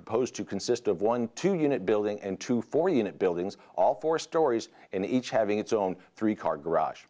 proposed to consist of one two unit building and two for unit buildings all four stories in each having its own three car garage